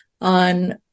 on